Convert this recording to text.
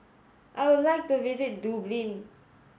I would like to visit Dublin